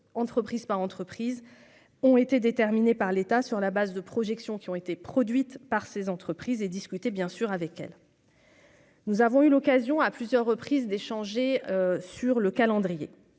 entreprise par entreprise, ont été déterminés par l'État sur la base de projections qui ont été produites par ces entreprises et discuter bien sûr avec elle. Nous avons eu l'occasion à plusieurs reprises d'échanger sur le calendrier,